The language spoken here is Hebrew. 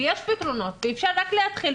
ויש פתרונות ואפשר רק להתחיל,